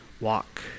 Walk